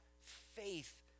faith